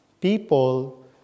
people